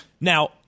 Now